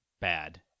bad